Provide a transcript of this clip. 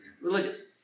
religious